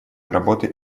работы